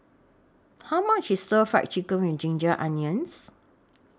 How much IS Stir Fried Chicken with Ginger Onions